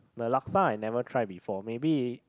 the Laksa I never tried before maybe